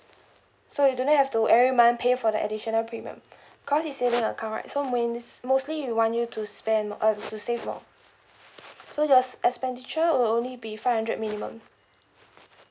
so you do not have to every month pay for the additional premium cause it's saving account right so means mostly we want you to spend uh to save more so the expenditure will only be five hundred minimum